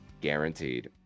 guaranteed